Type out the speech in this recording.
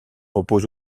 repose